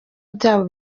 byabo